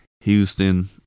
Houston